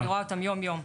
ואני רואה אותם יום-יום.